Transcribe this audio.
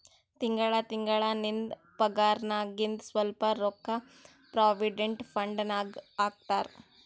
ತಿಂಗಳಾ ತಿಂಗಳಾ ನಿಂದ್ ಪಗಾರ್ನಾಗಿಂದ್ ಸ್ವಲ್ಪ ರೊಕ್ಕಾ ಪ್ರೊವಿಡೆಂಟ್ ಫಂಡ್ ನಾಗ್ ಹಾಕ್ತಾರ್